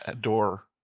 door